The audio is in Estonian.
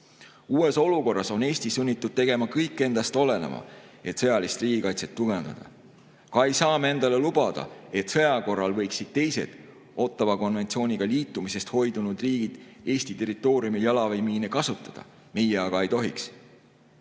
olukorras on Eesti sunnitud tegema kõik endast oleneva, et sõjalist riigikaitset tugevdada. Ka ei saa me endale lubada, et sõja korral võiksid teised Ottawa konventsiooniga liitumisest hoidunud riigid Eesti territooriumil jalaväemiine kasutada, meie aga seda teha